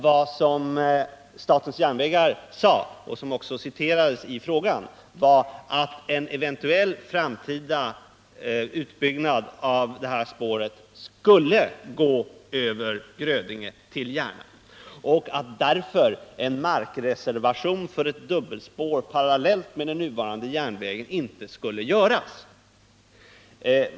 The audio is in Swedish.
Vad statens järnvägar sade — och det citerades i frågan — var att en eventuell framtida utbyggnad av spåret skulle gå över Grödinge till Järna och att en markreservation för ett dubbelspår parallellt med den nuvarande järnvägen därför inte skulle göras.